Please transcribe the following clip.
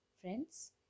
Friends